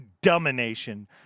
Domination